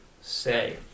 say